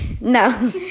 no